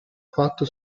fatto